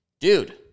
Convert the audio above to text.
Dude